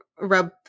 rub